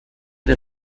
der